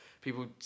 People